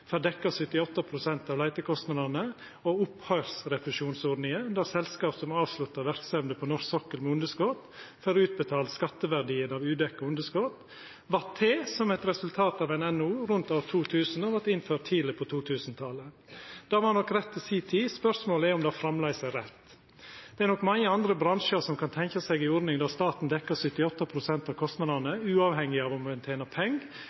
får dekt 78 pst. av leitekostnadene, og opphøyrsrefusjonsordninga, der selskap som avsluttar verksemda på norsk sokkel med underskot, får utbetalt skatteverdien av udekte underskot, vart til som eit resultat av ein NOU rundt år 2000 og vart innførte tidleg på 2000-talet. Det var nok rett i si tid. Spørsmålet er om det framleis er det. Det er nok mange andre bransjar som kan tenkja seg ei ordning der staten dekkjer 78 pst. av kostnadene uavhengig av om ein tener